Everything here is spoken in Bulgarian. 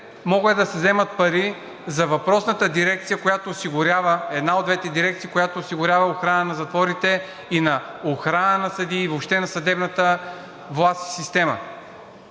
могат да се вземат пари за въпросната дирекция, една от двете дирекции, която осигурява охрана на затворите и охрана на съдиите, въобще на съдебната власт и системата.